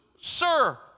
Sir